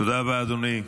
תודה רבה, אדוני.